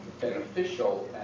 beneficial